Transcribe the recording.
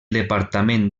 departament